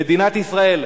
מדינת ישראל,